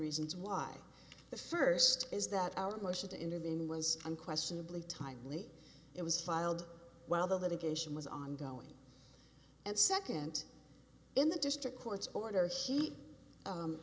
reasons why the first is that our motion to intervene was unquestionably timely it was filed while the litigation was ongoing and second in the district court's order he